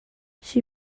she